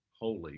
holy